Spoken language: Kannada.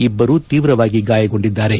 ಇಬ್ಬರು ತೀವ್ರವಾಗಿ ಗಾಯಗೊಂಡಿದ್ದಾರೆ